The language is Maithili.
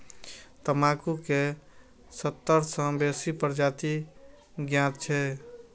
तंबाकू के सत्तर सं बेसी प्रजाति ज्ञात छै